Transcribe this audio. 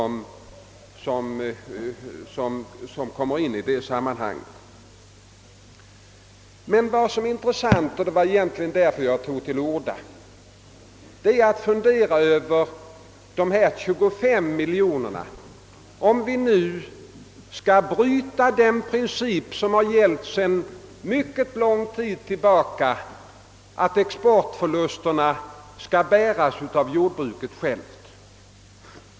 Men vad som är intressant i detta sammanhang — och det var egentligen för att säga det som jag tog till orda nu — är att fundera över de 25 miljoner kronor det här är fråga om och huruvida vi skall bryta den princip som gällt sedan mycket lång tid tillbaka, nämligen att exportförlusterna skall bäras av jordbruket självt.